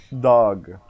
Dog